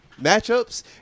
matchups